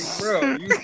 bro